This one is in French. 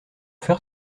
faire